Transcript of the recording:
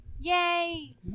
Yay